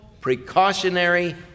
precautionary